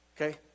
Okay